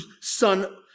son